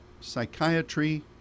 Psychiatry